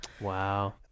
wow